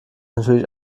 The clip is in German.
natürlich